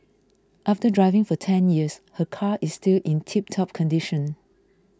after driving for ten years her car is still in tiptop condition